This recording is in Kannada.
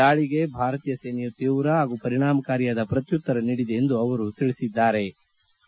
ದಾಳಿಗೆ ಭಾರತೀಯ ಸೇನೆಯು ತೀವ್ರ ಹಾಗೂ ಪರಿಣಾಮಕಾರಿಯಾದ ಪ್ರತ್ಯುತ್ತರ ನೀಡಿದೆ ಎಂದು ಅವರು ಹೇಳದರು